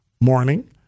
morning